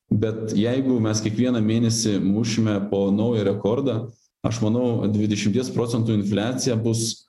bet jeigu mes kiekvieną mėnesį mušime po naują rekordą aš manau dvidešimties procentų infliacija bus